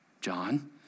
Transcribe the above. John